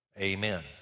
Amen